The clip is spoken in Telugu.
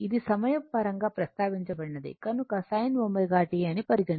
ఇది సమయం పరంగా ప్రస్తావించబడినది కనుక sin ω t అని పరిగణించాలి